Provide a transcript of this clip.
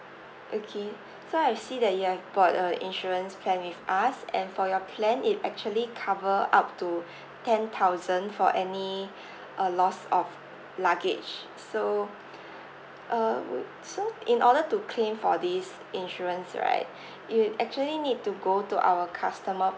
okay so I see that you have I bought a insurance plan with us and for your plan it actually cover up to ten thousand for any uh loss of luggage so uh w~ so in order to claim for this insurance right you'd actually need to go to our customer